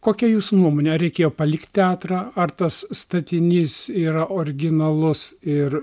kokia jūsų nuomonė ar reikėjo palikt teatrą ar tas statinys yra originalus ir